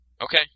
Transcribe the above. Okay